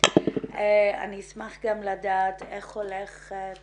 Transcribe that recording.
אשמח גם לדעת איך הולכת